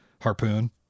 harpoon